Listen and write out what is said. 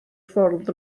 ffwrdd